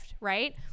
right